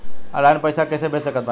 Online पैसा कैसे भेज सकत बानी?